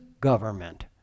government